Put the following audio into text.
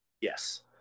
Yes